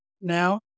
now